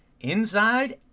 inside